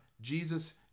Jesus